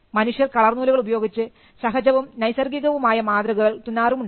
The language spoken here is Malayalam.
മനുഷ്യർ കളർ നൂലുകൾ ഉപയോഗിച്ച് സഹജവും നൈസർഗികവുമായ മാതൃകകൾ തുന്നാറുണ്ടായിരുന്നു